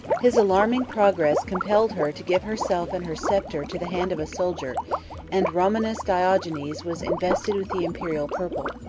his alarming progress compelled her to give herself and her sceptre to the hand of a soldier and romanus diogenes was invested with the imperial purple.